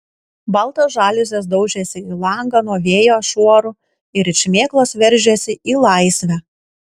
baltos žaliuzės daužėsi į langą nuo vėjo šuorų ir it šmėklos veržėsi į laisvę